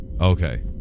Okay